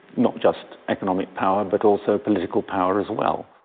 not just economic power, but also political power as well.